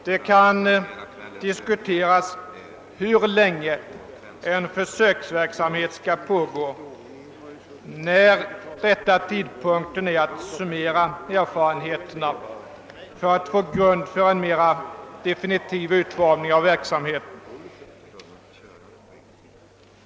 Det kan diskuteras hur länge en försöksverksamhet skall pågå och vilken tidpunkt som är den rätta för att summera erfarenheterna av den för att få grund för en mera definitiv utformning av verksamheten.